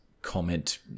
comment